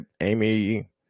Amy